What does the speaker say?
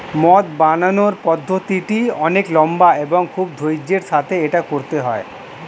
মদ বানানোর পদ্ধতিটি অনেক লম্বা এবং খুব ধৈর্য্যের সাথে এটা করতে হয়